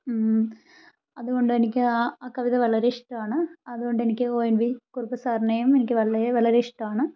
അതുകൊണ്ടെനിക്ക് ആ കവിത വളരെ ഇഷ്ടമാണ് അതുകൊണ്ട് എനിക്ക് ഒ എൻ വി കുറുപ്പ് സാറിനെയും എനിക്ക് വളരെ വളരെ ഇഷ്ടമാണ്